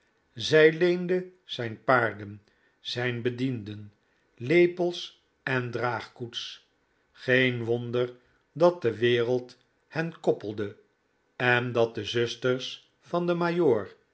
zij leende zijn paarden zijn bedienden lepels en draagkoets geen wonder dat de wereld hen koppelde en dat de zusters van den